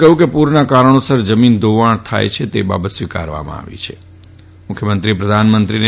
કહ્યું કે પૂરના કારણોસર જમીન ધોવાણ થાય છે તે વાત સ્વીકારવામાં આવી છેમુખ્યમંત્રીએ પ્રધાનમંત્રીને